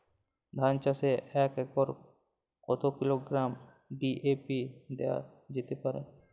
ধান চাষে এক একরে কত কিলোগ্রাম ডি.এ.পি দেওয়া যেতে পারে?